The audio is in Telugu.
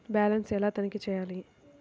బ్యాలెన్స్ ఎలా తనిఖీ చేయాలి?